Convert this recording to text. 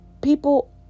People